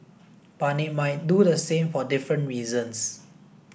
but they might do so for different reasons